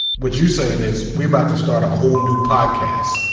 what you're saying is we're about to start a whole new podcast.